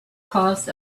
caused